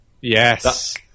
Yes